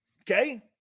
Okay